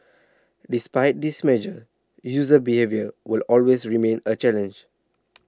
despite these measures user behaviour will always remain a challenge